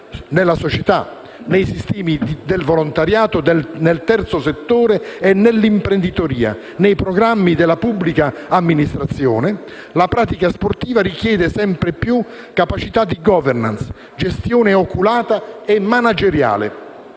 sulla società, sui sistemi del volontariato, sul terzo settore, sull'imprenditoria e sui programmi della pubblica amministrazione, la pratica sportiva richiede sempre più capacità di *governance*, gestione oculata e manageriale